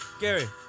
Gary